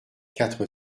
quatre